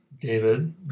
David